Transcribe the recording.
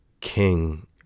king